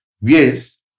Yes